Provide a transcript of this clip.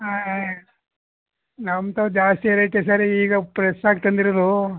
ಹಾಂ ನಮ್ಮ ತಾವ ಜಾಸ್ತಿ ರೇಟು ಸರ್ ಈಗ ಪ್ರೆಶ್ಶಾಗಿ ತಂದಿರೋದು